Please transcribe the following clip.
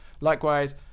likewise